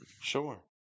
sure